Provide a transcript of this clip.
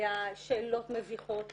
היו שאלות מביכות",